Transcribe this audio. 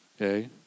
Okay